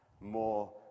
more